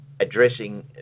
addressing